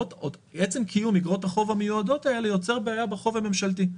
עצם קיום איגרות החוב המיועדות האלה יוצר בעיה בחוב הממשלתי.